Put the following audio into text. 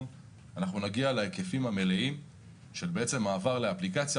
נגיע להיקפים המלאים של המעבר לאפליקציה.